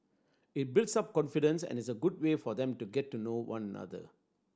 it builds up confidence and is a good way for them to get to know one another